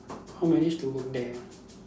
how manage to work there ah